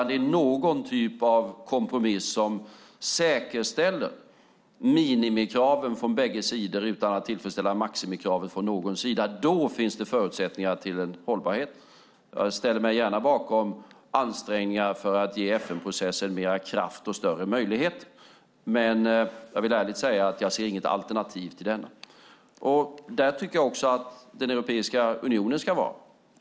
Det är någon typ av kompromiss som säkerställer minimikraven från bägge sidor utan att tillfredsställa maximikraven från någon sida. Då finns det förutsättningar till en hållbarhet. Jag ställer mig gärna bakom ansträngningar för att ge FN-processen mer kraft och större möjligheter. Men jag vill ärligt säga att jag inte ser något alternativ till denna. Där tycker jag också Europeiska unionen ska vara.